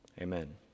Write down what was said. Amen